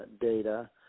data